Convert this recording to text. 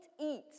eat